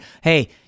hey